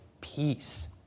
peace